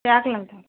রাখলাম তাহলে